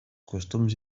costums